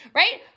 right